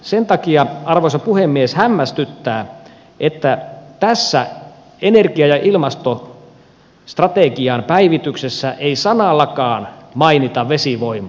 sen takia arvoisa puhemies hämmästyttää että tässä energia ja ilmastostrategian päivityksessä ei sanallakaan mainita vesivoimaa